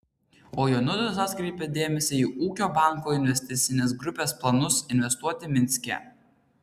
o jonutis atkreipia dėmesį į ūkio banko investicinės grupės planus investuoti minske